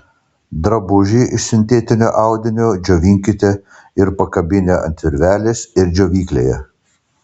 drabužį iš sintetinio audinio džiovinkite ir pakabinę ant virvelės ir džiovyklėje